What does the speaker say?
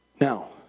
Now